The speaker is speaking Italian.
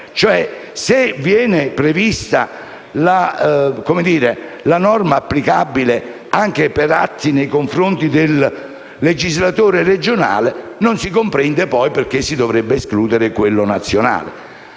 cioè, che la norma sia applicabile anche per atti nei confronti del legislatore regionale, non si comprende poi perché si dovrebbe escludere quello nazionale.